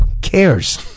cares